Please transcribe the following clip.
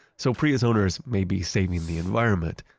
so prius owners may be saving the environment,